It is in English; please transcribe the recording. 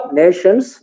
nations